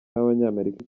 n’abanyamerika